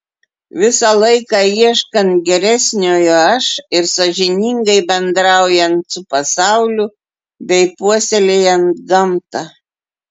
visą laiką ieškant geresniojo aš ir sąžiningai bendraujant su pasauliu bei puoselėjant gamtą